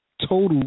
Total